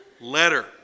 letter